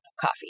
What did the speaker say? coffee